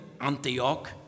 Antioch